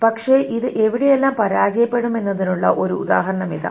പക്ഷേ ഇത് എവിടെയെല്ലാം പരാജയപ്പെടുമെന്നതിനുള്ള ഒരു ഉദാഹരണം ഇതാ